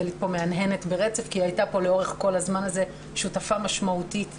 דלית מהנהנת כי היא הייתה כאן לאורך כל הזמן הזה שותפה משמעותית למאבק.